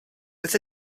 beth